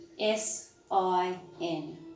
s-i-n